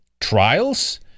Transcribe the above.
trials